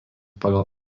pagal